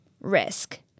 risk